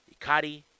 Ikari